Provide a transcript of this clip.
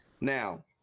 Now